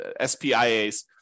SPIA's